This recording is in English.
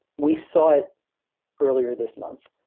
we saw it earlier this month.